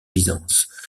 byzance